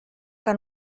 que